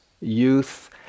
youth